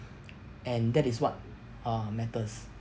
and that is what uh matters